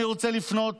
אני רוצה לפנות